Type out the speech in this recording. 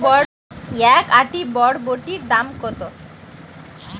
এক আঁটি বরবটির দাম কত?